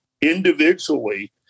individually